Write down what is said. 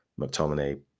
McTominay